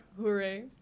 Hooray